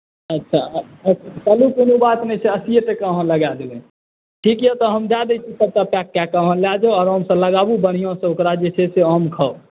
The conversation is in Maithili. अच्छा चलू कोनो बात नहि छै अस्सीए टके लगा देलहुँ ठीक यए तऽ हम दए दै छी सभटा पैक कए कऽ अहाँ लए जाउ आरामसँ लगाबू बढ़िआँसँ जे छै से ओकरा आम खाउ